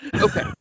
Okay